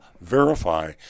Verify